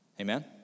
Amen